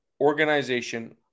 organization